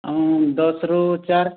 ଦଶରୁ ଚାରି